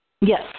Yes